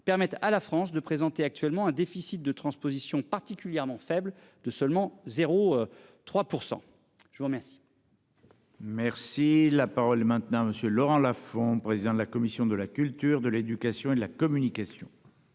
permet à la France de présenter actuellement un déficit de transposition particulièrement faible de seulement 0 3 %. Je vous remercie. Merci la parole maintenant monsieur Laurent Lafon, président de la commission de la culture de l'éducation et de la communication.